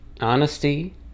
honesty